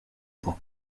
pour